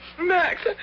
Max